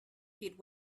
hit